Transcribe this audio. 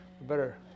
better